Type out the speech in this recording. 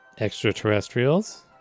Extraterrestrials